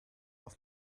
auf